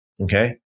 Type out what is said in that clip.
okay